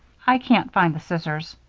i can't find the scissors.